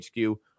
HQ